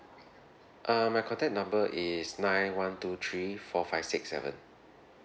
err my contact number is nine one two three four five six seven